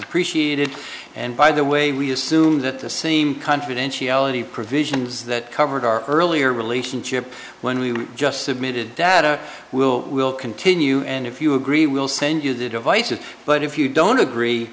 appreciated and by the way we assume that the same confidence yani provisions that covered our earlier relationship when we just submitted data will will continue and if you agree we'll send you the devices but if you don't agree